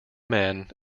men